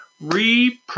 Re